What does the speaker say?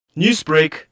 Newsbreak